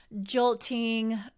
jolting